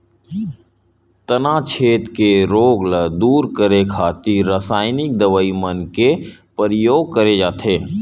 तनाछेद के रोग ल दूर करे खातिर रसाइनिक दवई मन के परियोग करे जाथे